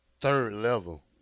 third-level